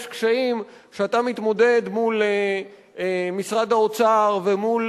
יש קשיים כשאתה מתמודד מול משרד האוצר ומול